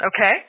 okay